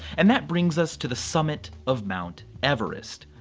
and that brings us to the summit of mount everest.